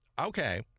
okay